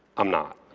i'm not.